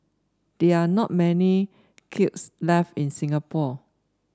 there are not many kilns left in Singapore